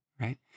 right